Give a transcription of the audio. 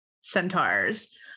centaurs